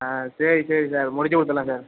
ஆ சரி சரி சார் முடிச்சு கொடுத்துட்லாம் சார்